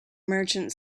merchant